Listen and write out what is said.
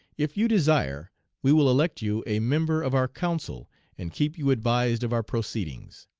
if you desire we will elect you a member of our council and keep you advised of our proceedings.